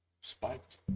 Spiked